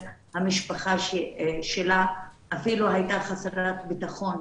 המשפחה שלה אפילו הייתה חסרת ביטחון,